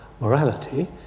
morality